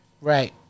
right